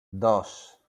dos